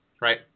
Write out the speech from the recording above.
Right